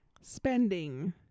spending